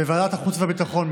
בוועדת החוץ והביטחון,